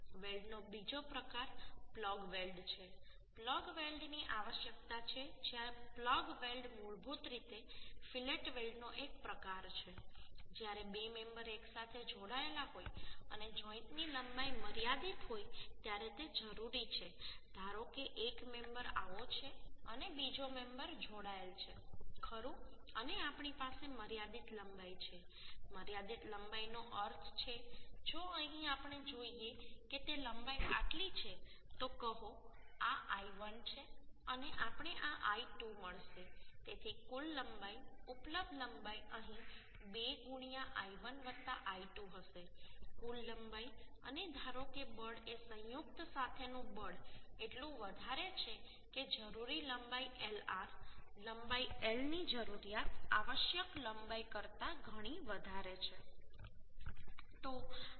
વેલ્ડનો બીજો પ્રકાર plug weld છે પ્લગ વેલ્ડની આવશ્યકતા છે જ્યારે પ્લગ વેલ્ડ મૂળભૂત રીતે ફિલેટ વેલ્ડનો એક પ્રકાર છે જ્યારે બે મેમ્બર એકસાથે જોડાયેલા હોય અને જોઈન્ટની લંબાઈ મર્યાદિત હોય ત્યારે તે જરૂરી છે ધારો કે એક મેમ્બર આવો છે અને બીજો મેમ્બર જોડાયેલ છે ખરું અને આપણી પાસે મર્યાદિત લંબાઈ છે મર્યાદિત લંબાઈનો અર્થ છે જો અહીં આપણે જોઈએ કે તે લંબાઈ આટલી છે તો કહો આ l1 છે અને આપણને આ l2 મળશે તેથી કુલ લંબાઈ ઉપલબ્ધ લંબાઈ અહીં 2 l1 l2 હશે કુલ લંબાઈ અને ધારો કે બળ એ સંયુક્ત સાથેનું બળ એટલું વધારે છે કે જરૂરી લંબાઈ LR લંબાઈ l ની જરૂરિયાત આવશ્યક લંબાઈ કરતાં ઘણી વધારે છે